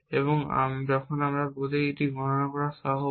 এবং যখন আমরা বলি গণনাগতভাবে সহজ সময়